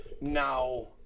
Now